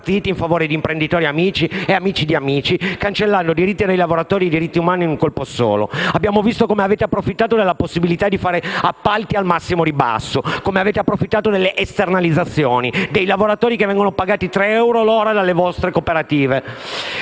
in favore di imprenditori amici e amici di amici, cancellando diritti dei lavoratori e diritti umani in un colpo solo. Abbiamo visto come avete approfittato della possibilità di fare appalti al massimo ribasso, come avete approfittato delle esternalizzazioni, dei lavoratori che vengono pagati 3 euro l'ora dalle vostre cooperative.